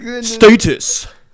Status